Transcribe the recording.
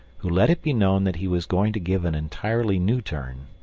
who let it be known that he was going to give an entirely new turn.